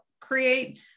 create